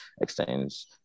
Exchange